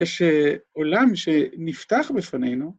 יש עולם שנפתח בפנינו.